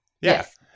yes